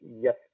Yes